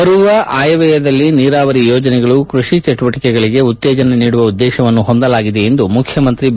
ಬರುವ ಆಯವ್ಯಯದಲ್ಲಿ ನೀರಾವರಿ ಯೋಜನೆಗಳು ಕೃಷಿ ಚಟುವಟಿಕೆಗಳಿಗೆ ಉತ್ತೇಜನ ನೀಡುವ ಉದ್ದೇಶವನ್ನು ಹೊಂದಲಾಗಿದೆ ಎಂದು ಮುಖ್ಯಮಂತ್ರಿ ಬಿ